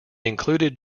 included